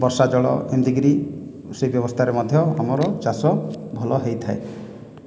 ବର୍ଷା ଜଳ ଏମିତିକରି ସେଇ ବ୍ୟବସ୍ଥାର ମଧ୍ୟ ଆମର ଚାଷ ଭଲ ହୋଇଥାଏ